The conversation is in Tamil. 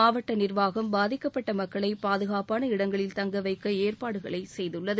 மாவட்ட நிர்வாகம் பாதிக்கப்பட்ட மக்களை பாதுகாப்பான இடங்களில் தங்க வைக்க ஏற்பாடு செய்துள்ளது